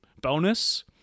bonus